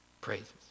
praises